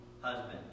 husband